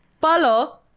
follow